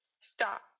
Stop